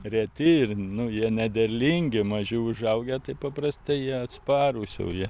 reti ir nu jie nederlingi mažiau užaugę tai paprastai jie atsparūs jau jie